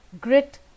Grit